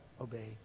obey